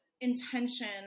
intention